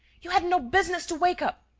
you had no business to wake up.